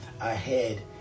ahead